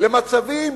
למצבים